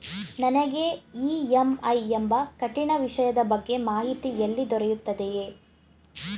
ನನಗೆ ಇ.ಎಂ.ಐ ಎಂಬ ಕಠಿಣ ವಿಷಯದ ಬಗ್ಗೆ ಮಾಹಿತಿ ಎಲ್ಲಿ ದೊರೆಯುತ್ತದೆಯೇ?